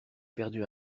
perdu